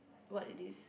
what it is